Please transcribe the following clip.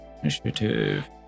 initiative